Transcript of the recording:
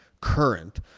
current